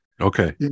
Okay